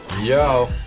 yo